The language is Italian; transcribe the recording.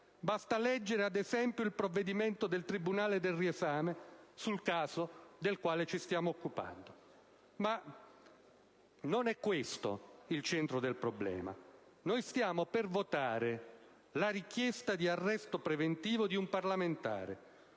Basta leggere, ad esempio, il provvedimento del tribunale del riesame sul caso del quale ci stiamo occupando. Ma non è questo il centro del problema. Noi stiamo per votare la richiesta di arresto preventivo di un parlamentare.